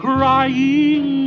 Crying